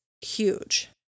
huge